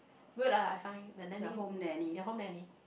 good ah I find the nanny ya home nanny